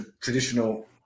traditional